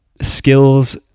skills